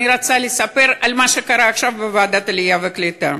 אני רוצה לספר על מה שקרה עכשיו בוועדת העלייה והקליטה.